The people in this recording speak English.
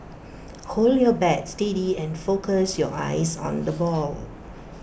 hold your bat steady and focus your eyes on the ball